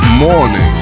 morning